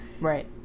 Right